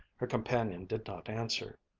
her companion did not answer.